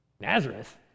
Nazareth